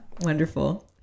Wonderful